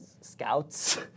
Scouts